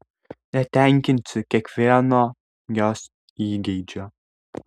netenkinsiu kiekvieno jos įgeidžio